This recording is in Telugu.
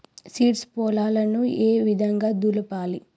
సీడ్స్ పొలాలను ఏ విధంగా దులపాలి?